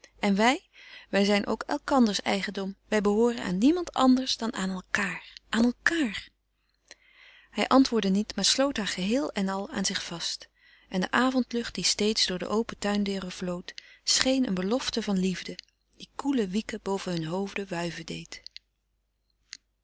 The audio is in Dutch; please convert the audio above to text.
en wij wij zijn ook elkanders eigendom wij behooren aan niemand anders dan aan elkaâr aan elkaâr hij antwoordde niet maar sloot haar geheel en al aan zich vast en de avondlucht die steeds door de open tuindeuren vloot scheen een belofte van liefde die koele wieken boven hun hoofden wuiven deed